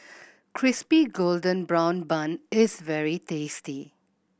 Crispy Golden Brown Bun is very tasty